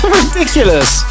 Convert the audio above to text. ridiculous